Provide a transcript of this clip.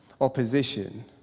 opposition